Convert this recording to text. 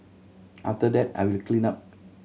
after that I will clean up